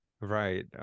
right